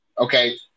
Okay